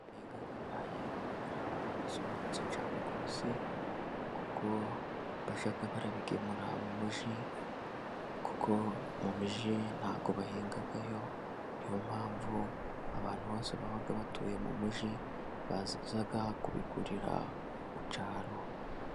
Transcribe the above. Abahinga ibirayi baba Ari abantu basobanutse cyane rwose, kuko bajya barabigemura mu mujyi, kuko mu mijyi ntago bahingayo, niyo mpamvu abantu bose baba batuye mu mujyi baza kubigurira mu cyaro.